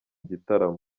gitaramo